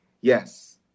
yes